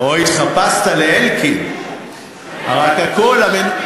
או שהתחפשת לאלקין, רק הקול, שמית.